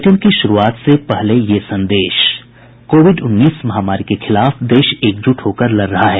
bulletin की शुरूआत से पहले ये संदेश कोविड उन्नीस महामारी के खिलाफ देश एकजुट होकर लड़ रहा है